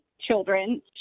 children